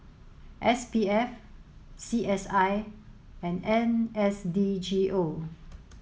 S P F C S I and N S D G O